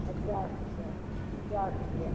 पचास रुपैआमे पचास रुपैआ